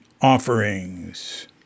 Offerings